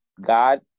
god